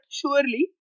surely